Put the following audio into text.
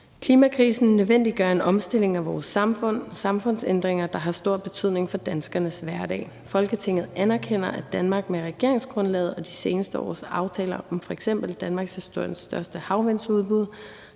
»Klimakrisen nødvendiggør en omstilling af vores samfund. Det er samfundsændringer, der har stor betydning for danskernes hverdag. Folketinget anerkender, at Danmark med regeringsgrundlaget og de seneste års aftaler om f.eks. danmarkshistoriens største havvindsudbud,